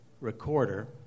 recorder